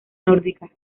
nórdica